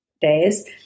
days